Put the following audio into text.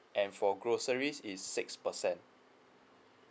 and for groceries is six percent